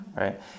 right